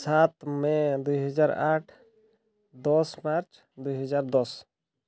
ସାତ ମେ ଦୁଇହଜାର ଆଠ ଦଶ ମାର୍ଚ୍ଚ ଦୁଇହଜାର ଦଶ